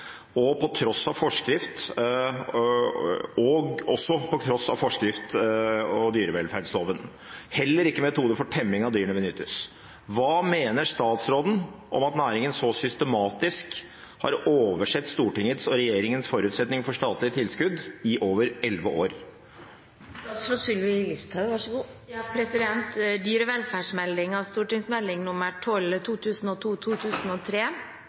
også på tross av forskrift og dyrevelferdsloven. Heller ikke metoder for temming av dyrene benyttes. Hva mener statsråden om at næringen så systematisk og åpenbart har oversett Stortingets og regjeringens forutsetning for statlig tilskudd i over 11 år?»